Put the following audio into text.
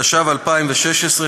התשע"ו 2016,